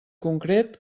concret